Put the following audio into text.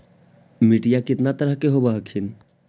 मिट्टीया कितना तरह के होब हखिन?